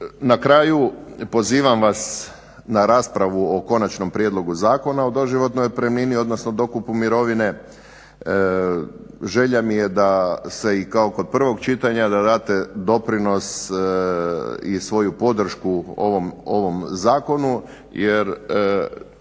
na kraju pozivam vas na raspravu o Konačnom prijedlogu zakona o doživotnoj otpremnini, odnosno dokupu mirovine. Želja mi je da se i kao kod prvog čitanja da date doprinos i svoju podršku ovom zakonu jer